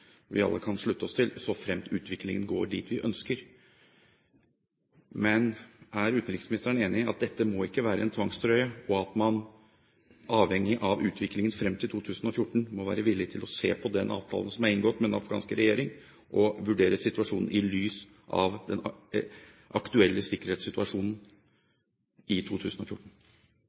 vi alle kan slutte oss til, såfremt utviklingen går dit vi ønsker. Men er utenriksministeren enig i at dette ikke må være en tvangstrøye, og at man avhengig av utviklingen frem til 2014 må være villig til å se på den avtalen som er inngått med den afghanske regjering, og vurdere situasjonen i lys av den aktuelle sikkerhetssituasjonen i 2014?